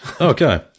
Okay